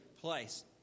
place